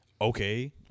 Okay